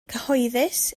cyhoeddus